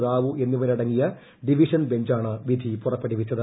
റാവു എന്നിവരടങ്ങിയ ഡിവിഷൻ ബഞ്ചാണ് വിധി പുറപ്പെടുവിച്ചത്